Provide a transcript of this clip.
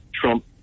Trump